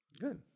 good